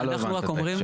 מה לא הבנת את ההקשר?